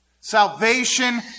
Salvation